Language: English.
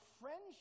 friendship